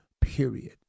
period